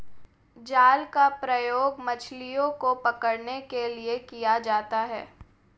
जाल का प्रयोग मछलियो को पकड़ने के लिये किया जाता है